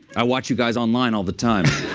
i watch you guys online all the time.